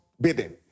bidding